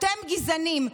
אתם גזענים.